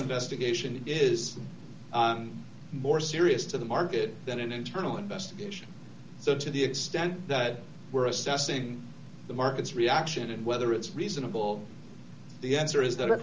investigation is more serious to the market than an internal investigation so to the extent that we're assessing the market's reaction and whether it's reasonable the answer is that